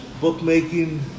Bookmaking